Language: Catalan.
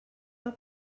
del